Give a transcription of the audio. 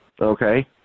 Okay